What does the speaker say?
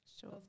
sure